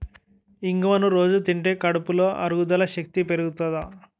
ఇంగువను రొజూ తింటే కడుపులో అరుగుదల శక్తి పెరుగుతాది